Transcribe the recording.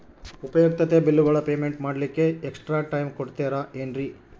ಉಪಯುಕ್ತತೆ ಬಿಲ್ಲುಗಳ ಪೇಮೆಂಟ್ ಮಾಡ್ಲಿಕ್ಕೆ ಎಕ್ಸ್ಟ್ರಾ ಟೈಮ್ ಕೊಡ್ತೇರಾ ಏನ್ರಿ?